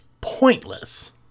pointless